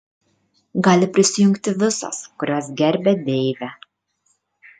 gali prisijungti visos kurios gerbia deivę